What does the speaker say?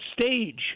stage